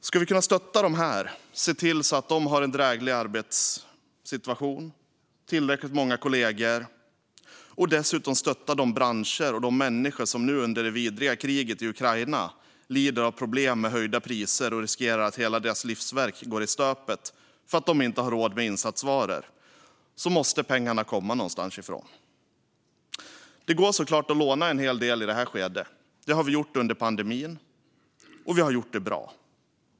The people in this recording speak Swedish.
Ska vi kunna stötta dem och se till att de har en dräglig arbetssituation och tillräckligt många kollegor och dessutom stötta de branscher och människor som nu under det vidriga kriget i Ukraina lider av problem med höjda priser och riskerar att hela deras livsverk går i stöpet för att de inte har råd med insatsvaror - då måste pengarna komma någonstans ifrån. Det går såklart att låna en hel del i det här skedet. Det har vi gjort under pandemin, och vi har gjort det bra.